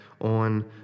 on